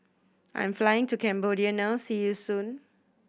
I am flying to Cambodia now see you soon